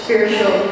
Spiritual